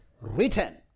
written